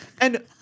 And-